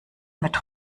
mit